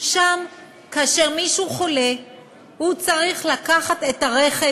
שם כאשר מישהו חולה הוא צריך לקחת את הרכב,